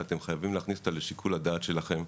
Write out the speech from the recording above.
שאתם חייבים להכניס אותה לשיקול הדעת שלכם.